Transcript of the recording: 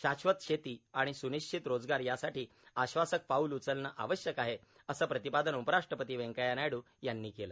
शाश्वत शेती आणी सूनिश्चित रोजगार यासाठी आश्वासक पाऊले उचलणे आवश्यक आहे असे प्रतिपादन उपराष्ट्रपती व्यंकय्या नायड् यांनी केले